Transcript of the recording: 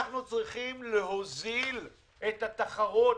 אנחנו צריכים להוזיל את התחרות,